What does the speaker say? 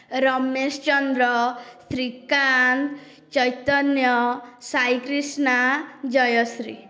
Ramesh Chandra Srikanth Chaitanya Saikrishna Jayashree